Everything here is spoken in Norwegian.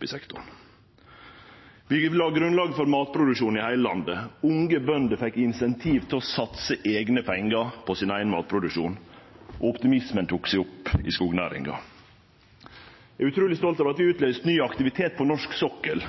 i sektoren. Vi la grunnlag for matproduksjon i heile landet. Unge bønder fekk insentiv til å satse eigne pengar på sin eigen matproduksjon. Optimismen tok seg opp i skognæringa. Eg er utruleg stolt over at det er utløyst ny aktivitet på norsk sokkel,